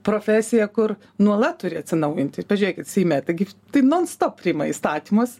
profesija kur nuolat turi atsinaujinti pažiūrėkit seime taigi tai non stop priima įstatymus